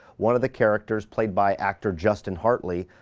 one of the characters, played by actor justin hartley.